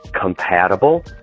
compatible